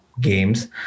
games